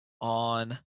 on